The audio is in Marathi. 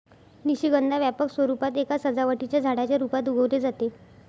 निशिगंधा व्यापक स्वरूपात एका सजावटीच्या झाडाच्या रूपात उगवले जाते